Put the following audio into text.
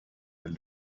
will